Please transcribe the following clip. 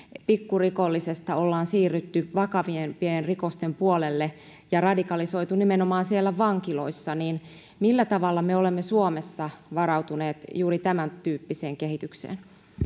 pikkurikollisuudesta ollaan siirrytty vakavampien rikosten puolelle ja radikalisoiduttu nimenomaan siellä vankiloissa millä tavalla me olemme suomessa varautuneet juuri tämäntyyppiseen kehitykseen